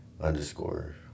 underscore